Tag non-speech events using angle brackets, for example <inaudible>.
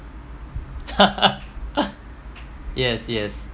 <laughs> yes yes